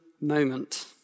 moment